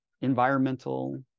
environmental